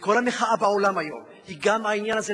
וכל המחאה בעולם היום היא גם בעניין הזה